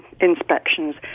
inspections